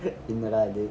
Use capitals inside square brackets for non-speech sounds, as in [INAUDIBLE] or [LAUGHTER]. [LAUGHS] என்னடாஇது:ennada idhu